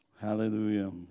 Hallelujah